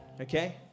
okay